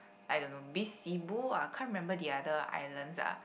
I don't know maybe Cebu I can't remember the other islands ah